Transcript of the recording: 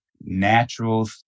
natural